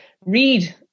read